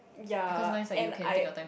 ya and I